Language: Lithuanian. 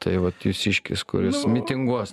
tai vat jūsiškis kuris mitinguos